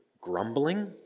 grumbling